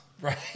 Right